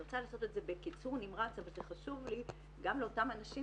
אני רוצה לעשות את זה בקיצור נמרץ אבל זה חשוב לי גם לאותם אנשים